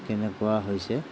কেনেকুৱা হৈছে